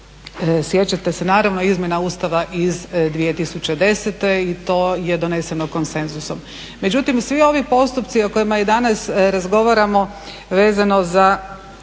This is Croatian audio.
Sjećate se naravno izmjena Ustava iz 2010. i to je doneseno konsenzusom.